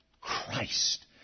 Christ